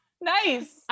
Nice